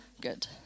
good